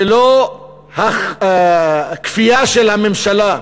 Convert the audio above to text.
ולא כפייה של הממשלה.